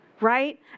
right